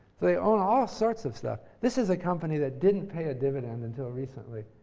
they own all sorts of stuff. this is a company that didn't pay a dividend until recently.